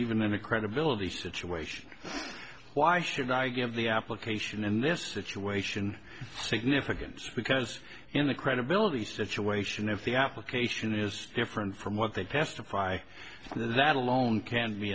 even in a credibility situation why should i give the application in this situation significant because in a credibility situation if the application is different from what they testify and that alone can be